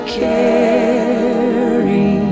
carry